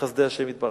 בחסדי השם יתברך,